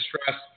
stress